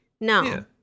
No